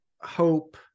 hope